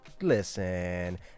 Listen